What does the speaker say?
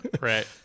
Right